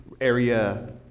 area